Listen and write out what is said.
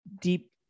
deep